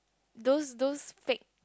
those those fake